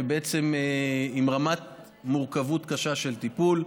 ובעצם עם רמת מורכבות קשה של טיפול.